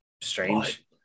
Strange